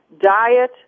diet